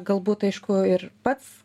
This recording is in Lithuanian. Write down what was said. galbūt aišku ir pats